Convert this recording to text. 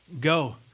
go